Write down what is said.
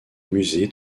musée